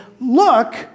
look